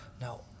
now